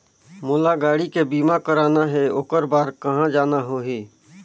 मोला गाड़ी के बीमा कराना हे ओकर बार कहा जाना होही?